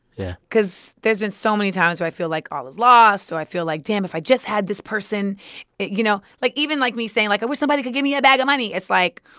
yeah. because there's been so many times where i feel like all is lost or i feel like, damn. if i just had this person you know, like, even, like, me saying, like, i wish somebody could give me a bag of money it's like,